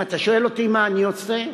אם אתה שואל אותי מה אני עושה.